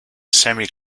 semi